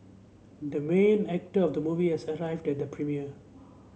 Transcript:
the main actor of the movie has arrived at the premiere